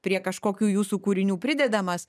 prie kažkokių jūsų kūrinių pridedamas